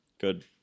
Good